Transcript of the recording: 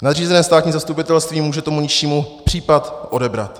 Nadřízené státní zastupitelství může tomu nižšímu případ odebrat.